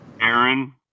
Aaron